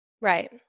Right